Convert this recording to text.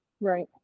Right